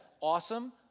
awesome